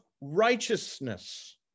righteousness